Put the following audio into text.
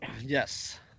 Yes